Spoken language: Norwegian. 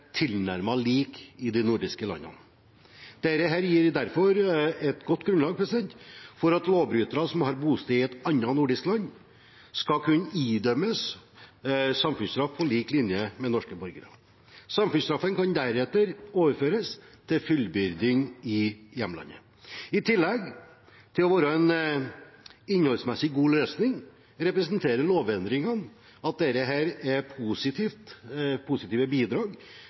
tilnærmet lik i de nordiske landene. Dette gir derfor et godt grunnlag for at lovbrytere som har bosted i et annet nordisk land, skal kunne idømmes samfunnsstraff på lik linje med norske borgere. Samfunnsstraffen kan deretter overføres til fullbyrding i hjemlandet. I tillegg til å være en innholdsmessig god løsning representerer lovendringene at dette er positive bidrag